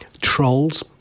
trolls